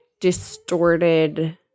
distorted